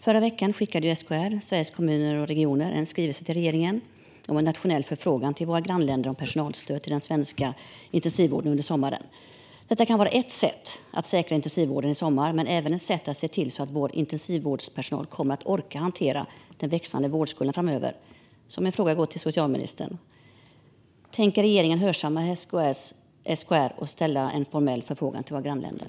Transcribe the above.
Förra veckan skickade SKR, Sveriges Kommuner och Regioner, en skrivelse till regeringen om att lägga fram en nationell förfrågan till våra grannländer om personalstöd till den svenska intensivvården under sommaren. Detta kan vara ett sätt att säkra intensivvården i sommar men även ett sätt att se till att vår intensivvårdspersonal kommer att orka hantera den växande vårdskulden framöver. Min fråga går till socialministern: Tänker regeringen hörsamma SKR och ställa en formell fråga till våra grannländer?